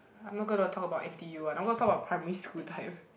I'm not gonna talk about N_T_U one I go to talk about primary school type